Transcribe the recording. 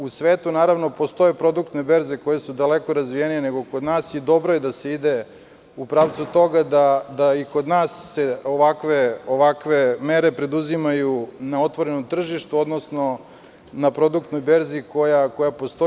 U svetu postoje produktne berze koje su daleko razvijenije nego god nas i dobro je da se ide u pravcu toga da se i kod nas ovakve mere preduzimaju na otvorenom tržištu, odnosno na produktnoj berzi koja postoji.